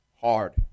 hard